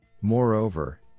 Moreover